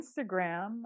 Instagram